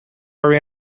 our